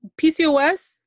PCOS